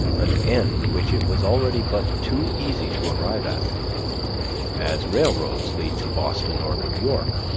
an end which it was already but too easy to arrive at as railroads lead to boston or new york.